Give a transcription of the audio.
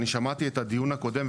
אני שמעתי את הדיון הקודם,